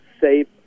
safe